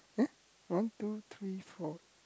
eh one two three four